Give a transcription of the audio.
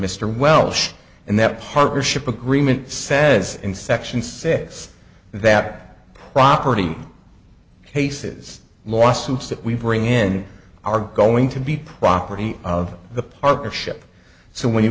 mr welch and that partnership agreement says in section six that property cases lawsuits that we bring in are going to be property of the partnership so when you